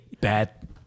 Bad